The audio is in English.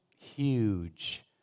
huge